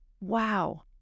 Wow